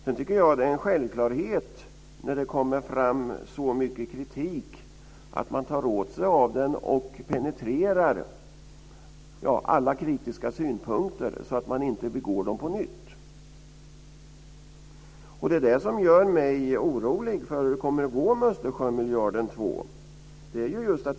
Sedan tycker jag att det är en självklarhet när det kommer fram så mycket kritik att man tar åt sig av denna kritik, att man penetrerar alla kritiska synpunkter så att man inte begår samma misstag på nytt. Det är det som gör mig orolig för hur det kommer att gå med Östersjömiljarden 2.